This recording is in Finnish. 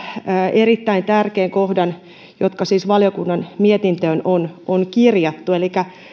erittäin tärkeän kohdan jotka siis valiokunnan mietintöön on on kirjattu elikä